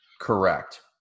correct